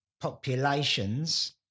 populations